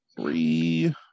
three